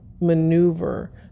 maneuver